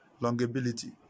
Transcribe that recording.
longevity